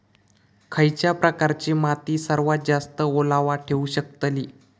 खयच्या प्रकारची माती सर्वात जास्त ओलावा ठेवू शकतली?